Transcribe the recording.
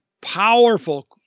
powerful